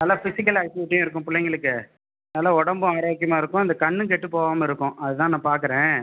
நல்ல பிஸிக்கல் ஆக்டிவிட்டியும் இருக்கும் பிள்ளைங்களுக்கு நல்ல உடம்பும் ஆரோக்கியமாகருக்கும் இந்த கண்ணும் கெட்டு போகாம இருக்கும் அதுதான் நான் பார்க்குறேன்